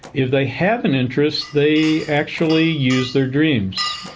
if they have an interest, they actually use their dreams.